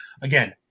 again